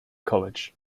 college